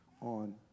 on